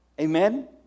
Amen